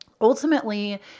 ultimately